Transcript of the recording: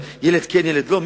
ילד כן ילד לא?